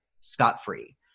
scot-free